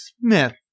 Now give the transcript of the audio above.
Smith